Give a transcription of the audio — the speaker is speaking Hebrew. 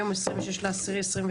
על סדר-היום: